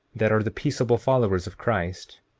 that are the peaceable followers of christ,